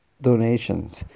donations